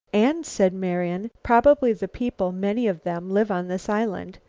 and, said marian, probably the people, many of them, live on this island.